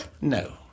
No